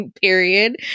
period